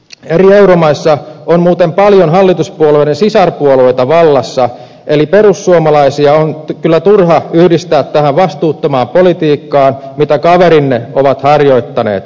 eri euromaissa on muuten paljon hallituspuolueiden sisarpuolueita vallassa eli perussuomalaisia on kyllä turha yhdistää tähän vastuuttomaan politiikkaan mitä kaverinne ovat harjoittaneet